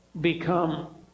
become